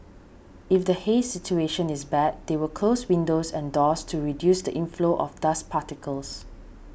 if the haze situation is bad they will close windows and doors to reduce the inflow of dust particles